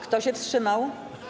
Kto się wstrzymał?